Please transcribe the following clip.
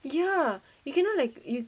ya you cannot like you